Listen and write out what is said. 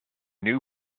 new